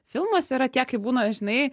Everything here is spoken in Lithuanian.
filmas yra tie kai būna žinai